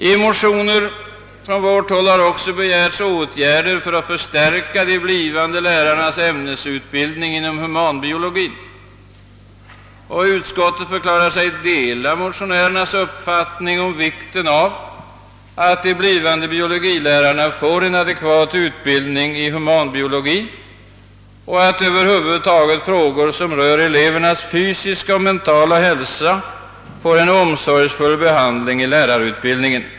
I motioner från vårt håll har också begärts åtgärder för att förstärka de blivande lärarnas ämnesutbildning inom humanbiologin. Utskottet förklarar sig dela motionärernas uppfattning om vikten av att de blivande biologilärarna erhåller en adekvat utbildning i humanbiologi och att över huvud taget frågor som rör elevernas fysiska och mentala hälsa får en omsorgsfull behandling i lärarutbildningen.